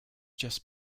just